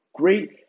Great